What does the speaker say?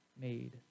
made